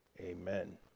Amen